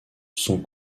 sont